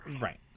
Right